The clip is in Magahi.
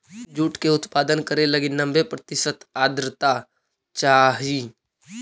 जूट के उत्पादन करे लगी नब्बे प्रतिशत आर्द्रता चाहइ